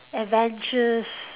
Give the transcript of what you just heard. adventures